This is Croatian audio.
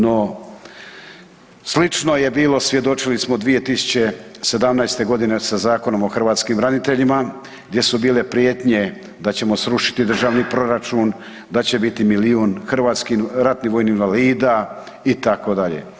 No, slično je bilo svjedočili smo 2017. godine sa Zakonom o hrvatskim braniteljima gdje su bile prijetnje da ćemo srušiti državni proračun, da će biti milijun hrvatskih ratnih vojnih invalida itd.